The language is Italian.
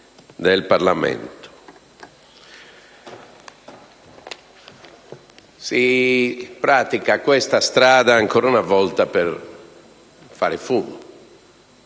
nei modi. Si pratica questa strada, ancora una volta, per fare fumo,